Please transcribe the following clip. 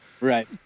right